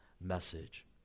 message